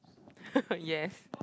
yes